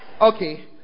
Okay